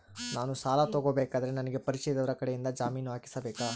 ನಾನು ಸಾಲ ತಗೋಬೇಕಾದರೆ ನನಗ ಪರಿಚಯದವರ ಕಡೆಯಿಂದ ಜಾಮೇನು ಹಾಕಿಸಬೇಕಾ?